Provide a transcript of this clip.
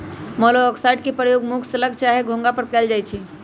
मोलॉक्साइड्स के प्रयोग मुख्य स्लग चाहे घोंघा पर कएल जाइ छइ